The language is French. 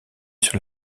sur